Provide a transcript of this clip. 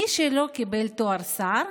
מי שלא קיבל תואר שר